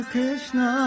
Krishna